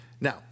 Now